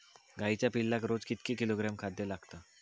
गाईच्या पिल्लाक रोज कितके किलोग्रॅम खाद्य लागता?